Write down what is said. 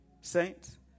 saints